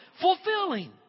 fulfilling